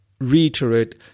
reiterate